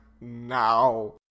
now